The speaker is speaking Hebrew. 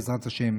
בעזרת השם,